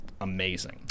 amazing